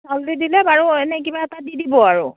চাউল দি দিলে বাৰু এনেই কিবা এটা দি দিব আৰু